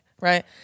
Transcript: Right